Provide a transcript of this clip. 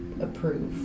approve